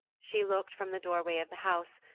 she looked from the doorway of the house,